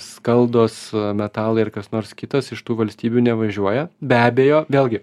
skaldos metalai ar kas nors kitas iš tų valstybių nevažiuoja be abejo vėlgi